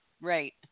right